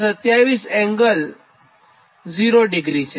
VR 127∠0° છે